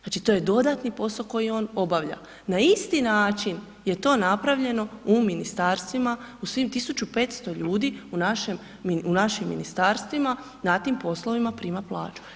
Znači to je dodatni posao koji on obavlja, na isti način je to napravljeno u ministarstvima, u svih 1500 ljudi u našim ministarstvima, na tim poslovima prima plaću.